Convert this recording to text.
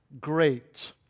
great